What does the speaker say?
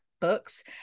Books